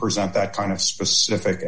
present that kind of specific